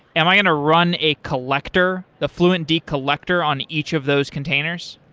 am i going to run a collector? the fluentd collector on each of those containers?